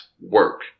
work